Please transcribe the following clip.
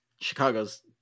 Chicago's